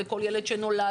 וכל ילד שנולד,